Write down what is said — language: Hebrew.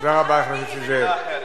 תודה רבה לחבר הכנסת זאב.